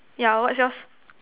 yeah what's yours